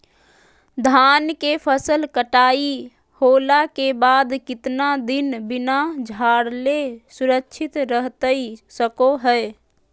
धान के फसल कटाई होला के बाद कितना दिन बिना झाड़ले सुरक्षित रहतई सको हय?